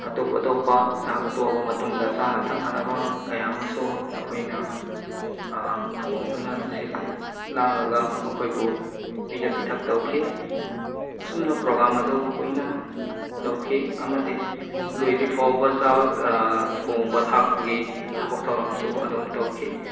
ꯑꯇꯣꯞ ꯑꯇꯣꯞꯄ ꯆꯥꯛ ꯇꯣꯛꯑꯕ ꯃꯇꯨꯡꯗ ꯆꯥꯅ ꯊꯛꯅꯅꯕ ꯀꯌꯥ ꯑꯃꯁꯨ ꯑꯩꯈꯣꯏꯅ ꯊꯣꯡꯗꯨꯅ ꯁꯤꯜ ꯂꯥꯡꯉꯒ ꯃꯈꯣꯏꯕꯨ ꯄꯤꯖ ꯄꯤꯊꯛ ꯇꯧꯈꯤ ꯑꯁꯨꯝꯅ ꯄ꯭ꯔꯣꯒ꯭ꯔꯥꯝ ꯑꯗꯨ ꯀꯨꯏꯅ ꯇꯧꯈꯤ ꯑꯃꯗꯤ ꯂꯣꯏꯗ꯭ꯔꯤꯐꯥꯎꯕ ꯆꯥꯕ ꯊꯣꯡꯕ ꯊꯥꯛꯄꯒꯤ ꯊꯕꯛ ꯊꯧꯔꯝꯁꯨ ꯑꯗꯨꯝ ꯇꯧꯈꯤ